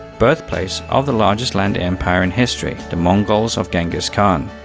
birthplace of the largest land empire in history, the mongols of genghis khan.